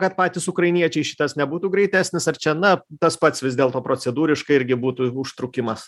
kad patys ukrainiečiai šitas nebūtų greitesnis ar čia na tas pats vis dėlto procedūriškai irgi būtų užtrukimas